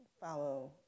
follow